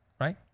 right